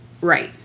Right